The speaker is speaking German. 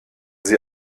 sie